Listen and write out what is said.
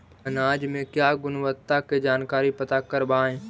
अनाज मे क्या गुणवत्ता के जानकारी पता करबाय?